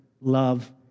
love